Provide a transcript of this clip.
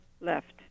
Left